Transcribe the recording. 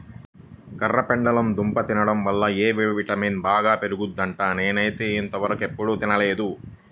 కర్రపెండలం దుంప తింటం వల్ల ఎ విటమిన్ బాగా పెరుగుద్దంట, నేనైతే ఇంతవరకెప్పుడు తినలేదు